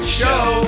show